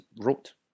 wrote